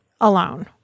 alone